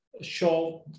show